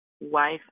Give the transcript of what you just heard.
wife